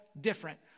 different